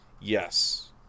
Yes